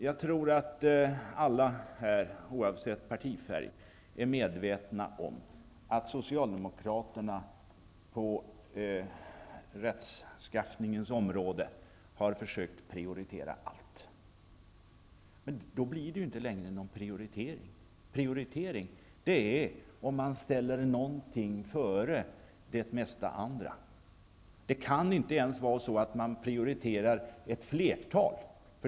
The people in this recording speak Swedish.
Jag tror att alla här, oavsett partifärg, är medvetna om att Socialdemokraterna på rättsområdet försökt att prioritera allt. Men då blir det inte längre någon prioritering. Prioritering är om man ställer någonting före det mesta andra. Det kan inte ens vara så att man prioriterar ett flertal.